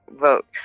vote